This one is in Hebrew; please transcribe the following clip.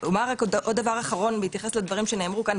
עוד דבר אחרון בנוגע למה שנאמרו כאן,